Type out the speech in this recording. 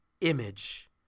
image